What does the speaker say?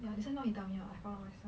ya this one not you tell me [one] I found one